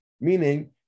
meaning